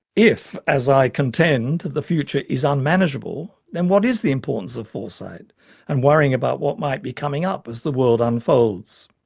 if, as i contend, the future is unmanageable then what is the importance of foresight and worrying about what might be coming up as the world unfolds.